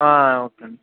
okay అండి